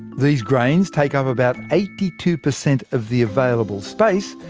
these grains take up about eighty two percent of the available space,